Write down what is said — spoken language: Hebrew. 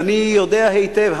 אני יודע היטב,